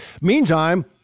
Meantime